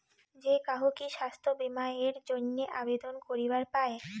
যে কাহো কি স্বাস্থ্য বীমা এর জইন্যে আবেদন করিবার পায়?